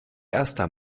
erster